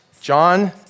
John